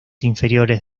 inferiores